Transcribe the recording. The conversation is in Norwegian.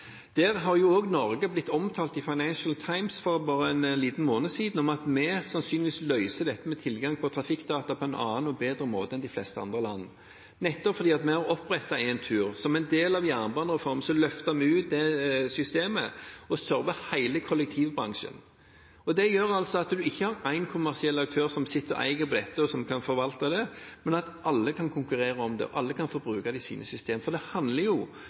Der er det viktig at vi ser på helheten, nettopp for å sikre at offentlige data kan brukes av et generelt miljø, og at det ikke blir eid av én kommersiell aktør. Om dette ble Norge omtalt i Financial Times for bare en liten måned siden, at vi sannsynligvis løser dette med tilgang til trafikkdata på en annen og bedre måte enn de fleste andre land, nettopp fordi vi har opprettet Entur. Som en del av jernbanereformen løftet vi ut det systemet og server hele kollektivbransjen. Det gjør at en ikke har én kommersiell aktør som sitter og eier dette, og som kan forvalte det, men at alle kan konkurrere om